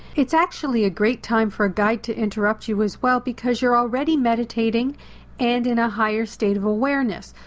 it's actually a great time for a guide to interrupt you as well because you're already meditating and in a higher state of awareness,